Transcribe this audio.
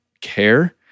care